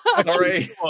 Sorry